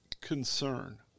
concern